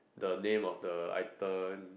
the name of the item